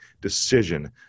decision